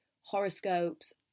horoscopes